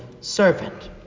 servant